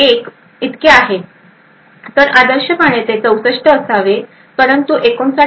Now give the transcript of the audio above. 1 इतके आहे तर आदर्शपणे ते 64 असावे परंतु 59